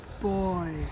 boy